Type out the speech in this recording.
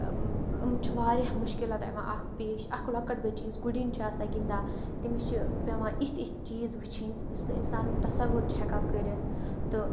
یِم چھِ واریاہ مُشکِلات یِواں اکھ پیش اکھ لوٚکٕٹ بٔچی یُس گُڈِنۍ چھِ آسان گِندان تٔمِس چھِ پیٚوان یِتھ یِتھ چیٖز وٕچھِنۍ یُس نہِ اِنسان تَصَوُر چھ ہیٚکان کٔرِتھ تہٕ